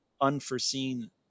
unforeseen